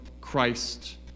Christ